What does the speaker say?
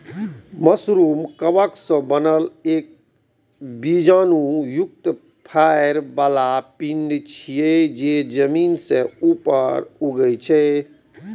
mushroom कवक सं बनल एक बीजाणु युक्त फरै बला पिंड छियै, जे जमीन सं ऊपर उगै छै